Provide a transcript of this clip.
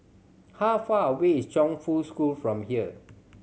how far away is Chongfu School from here